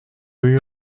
you